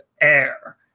air